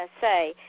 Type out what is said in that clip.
say